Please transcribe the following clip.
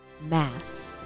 Mass